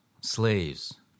slaves